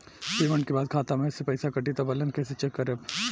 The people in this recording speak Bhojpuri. पेमेंट के बाद खाता मे से पैसा कटी त बैलेंस कैसे चेक करेम?